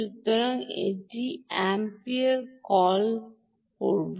সুতরাং আমি এই এম্প্লিফায়ার কল করব